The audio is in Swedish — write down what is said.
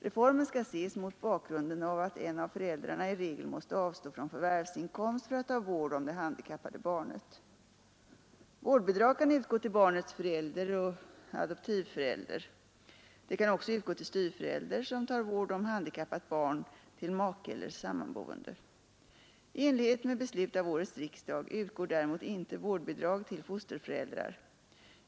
Reformen skall ses mot bakgrunden av att en av föräldrarna i regel måste avstå från förvärvsinkomst för att ta vård om det handikappade barnet. Vårdbidrag kan utgå till barnets förälder och adoptivförälder. Det kan också utgå till styvförälder som tar vård om handikappat barn, till make eller sam manboende. I enlighet med beslut av årets riksdag utgår däremot inte vårdbidrag till fosterföräldrar.